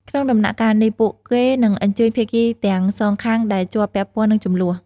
ក្នុងដំណាក់កាលនេះ ពួកគេនឹងអញ្ជើញ ភាគីទាំងសងខាងដែលជាប់ពាក់ព័ន្ធនឹងជម្លោះ។